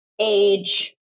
age